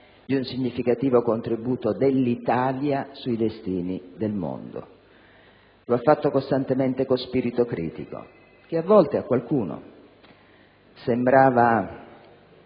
di un significativo contributo dell'Italia sui destini del mondo. Lo ha fatto costantemente con spirito critico che a volte a qualcuno sembrava